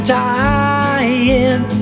dying